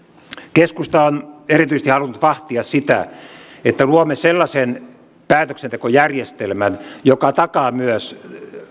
keskusta on erityisesti halunnut vahtia sitä että luomme sellaisen päätöksentekojärjestelmän joka takaa myös